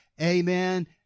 Amen